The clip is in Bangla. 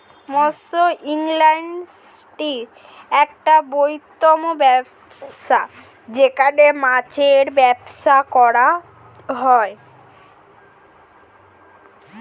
মৎস্য ইন্ডাস্ট্রি একটা বৃহত্তম ব্যবসা যেখানে মাছের ব্যবসা করা হয়